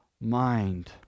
mind